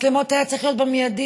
מצלמות היו צריכות להיות מייד.